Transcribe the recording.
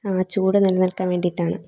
ആ ചൂട് നിലനിൽക്കാൻ വേണ്ടിയിട്ടാണ്